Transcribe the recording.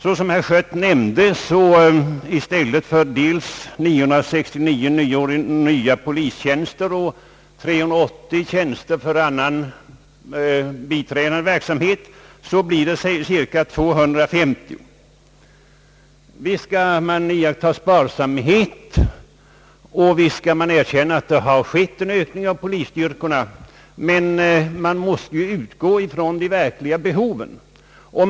I stället för rikspolisstyrelsens begäran om 969 nya polistjänster och 380 tjänster för biträdande verksamhet blir det, som herr Schött nämnde, cirka 250. Visst skall man iaktta sparsamhet, och visst skall man erkänna att det har skett en ökning av polisstyrkorna, men man måste utgå ifrån de verkliga behoven.